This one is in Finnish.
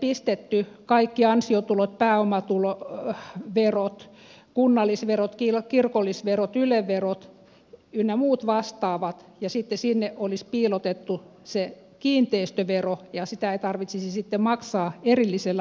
pistetty kaikki ansiotuloverot pääomatuloverot kunnallisverot kirkollisverot yle verot ynnä muut vastaavat ja sitten sinne olisi piilotettu se kiinteistövero ja sitä ei tarvitsisi sitten maksaa erillisellä laskulla